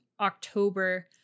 October